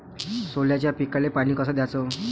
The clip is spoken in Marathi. सोल्याच्या पिकाले पानी कस द्याचं?